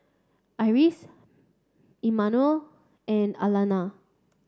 Iris Immanuel and Alana